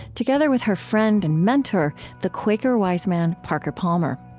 together with her friend and mentor, the quaker wise man parker palmer.